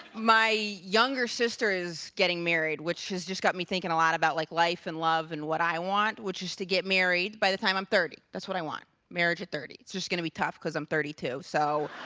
my younger sister is getting married, which has just got me thinking a lot about like life and love and what i want. which is to get married by the time i'm thirty. that's what i want. marriage at thirty. it's just going to be tough because i'm thirty two. so.